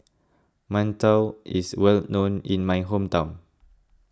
Mantou is well known in my hometown